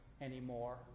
anymore